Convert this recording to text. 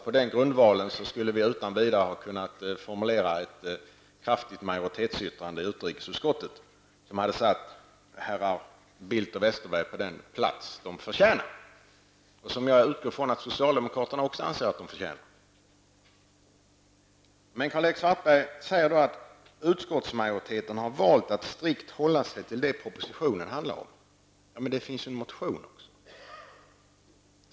På den grundvalen skulle vi utan vidare i utrikesutskottet ha kunnat formulera ett kraftigt majoritetsyttrande, som hade satt herrar Bildt och Westerberg på den plats de förtjänar -- och som jag utgår från att också socialdemokraterna anser att de förtjänar. Men Karl-Erik Svartberg säger att utskottsmajoriteten har valt att strikt hålla sig till det som propositionen handlar om. Ja, men det finns en motion också.